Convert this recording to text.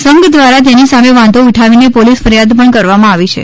સંધ દ્વારા તેની સામે વાંધો ઉઠાવીને પોલીસ ફરીયાદ પણ કરવામાં આવી છે